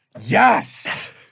Yes